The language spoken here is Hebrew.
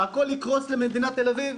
הכול יקרוס למדינת תל אביב?